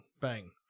bang